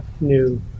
new